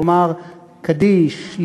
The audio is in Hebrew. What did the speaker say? לומר קדיש,